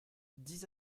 dix